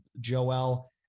Joel